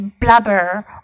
blubber